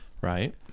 right